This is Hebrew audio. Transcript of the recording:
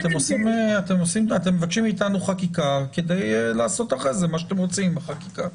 אתם מבקשים מאיתנו חקיקה כדי לעשות אחרי זה מה שאתם רוצים בחקיקה.